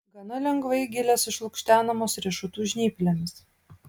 gana lengvai gilės išlukštenamos riešutų žnyplėmis